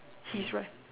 his right